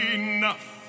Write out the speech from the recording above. enough